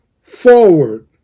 forward